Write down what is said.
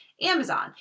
amazon